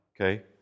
okay